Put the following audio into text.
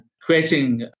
creating